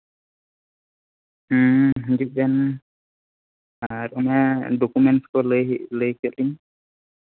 ᱦᱮᱸ ᱦᱤᱡᱩᱜ ᱵᱮᱱ ᱟᱨ ᱚᱱᱟ ᱰᱚᱠᱳᱢᱮᱱᱴᱥ ᱠᱚ ᱞᱟᱹᱭ ᱠᱮᱫᱟᱧ